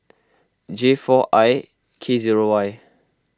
J four I K zero Y